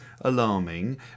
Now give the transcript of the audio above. alarming